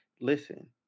Listen